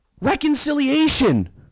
reconciliation